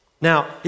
Now